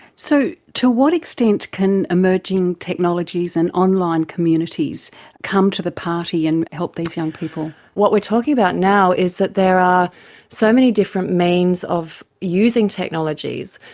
so to what extent can emerging technologies and online communities come to the party and help these young people? what we are talking about now is that there are so many different means of using technologies,